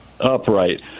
upright